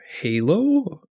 Halo